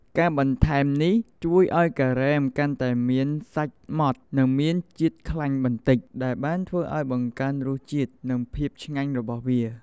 ការបន្ថែមនេះជួយឱ្យការ៉េមកាន់តែមានសាច់ម៉ដ្ឋ និងមានជាតិខ្លាញ់បន្តិច ដែលបានធ្វើអោយបង្កើនរសជាតិ និងភាពឆ្ងាញ់របស់វា។